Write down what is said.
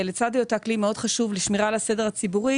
לצד היותה כלי מאוד חשוב לשמירה על הסדר הציבורי,